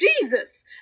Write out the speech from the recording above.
Jesus